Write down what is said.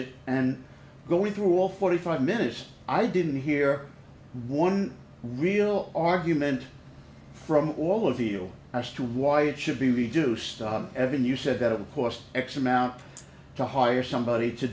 it and going through all forty five minutes i didn't hear one real argument from all of you as to why it should be reduced evan you said at a cost x amount to hire somebody to